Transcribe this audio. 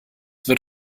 wird